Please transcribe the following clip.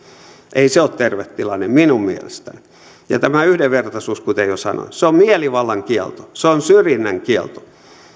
ei se ole terve tilanne minun mielestäni tämä yhdenvertaisuus kuten jo sanoin on mielivallan kielto se on syrjinnän kielto